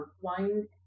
wine